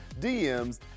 DMs